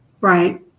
Right